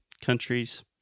countries